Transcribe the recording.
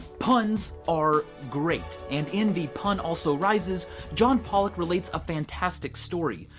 puns are great, and in the pun also rises john pollock relates a fantastic story.